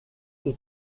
wie